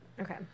Okay